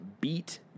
beat